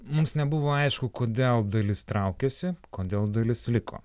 mums nebuvo aišku kodėl dalis traukėsi kodėl dalis liko